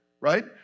right